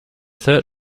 third